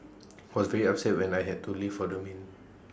was very upset when I had to leave for the main